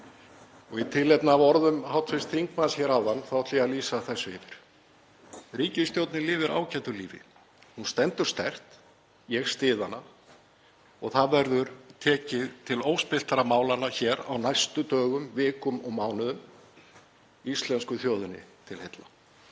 Í tilefni af orðum hv. þingmanns hér áðan þá ætla ég að lýsa þessu yfir: Ríkisstjórnin lifir ágætu lífi. Hún stendur sterkt. Ég styð hana og það verður tekið til óspilltra málanna hér á næstu dögum, vikum og mánuðum, íslensku þjóðinni til heilla.